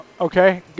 Okay